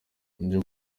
ibyo